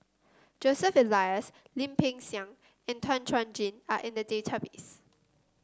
Joseph Elias Lim Peng Siang and Tan Chuan Jin are in the database